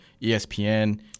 ESPN